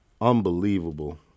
unbelievable